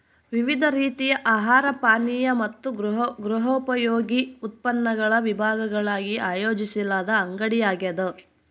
ವಿವಿಧ ರೀತಿಯ ಆಹಾರ ಪಾನೀಯ ಮತ್ತು ಗೃಹೋಪಯೋಗಿ ಉತ್ಪನ್ನಗಳ ವಿಭಾಗಗಳಾಗಿ ಆಯೋಜಿಸಲಾದ ಅಂಗಡಿಯಾಗ್ಯದ